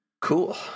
cool